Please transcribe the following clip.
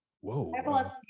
whoa